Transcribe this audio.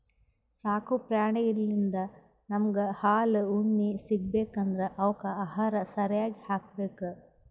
ಸಾಕು ಪ್ರಾಣಿಳಿಂದ್ ನಮ್ಗ್ ಹಾಲ್ ಉಣ್ಣಿ ಸಿಗ್ಬೇಕ್ ಅಂದ್ರ ಅವಕ್ಕ್ ಆಹಾರ ಸರ್ಯಾಗ್ ಹಾಕ್ಬೇಕ್